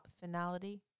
finality